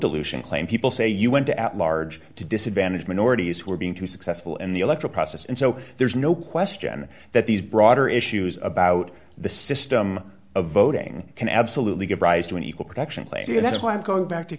dilution claim people say un to at large to disadvantage minorities who are being too successful in the electoral process and so there's no question that these broader issues about the system of voting can absolutely give rise to an equal protection player that's why i'm going back to